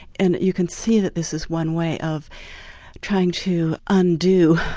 and you can see that this is one way of trying to undo